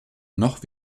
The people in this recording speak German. noch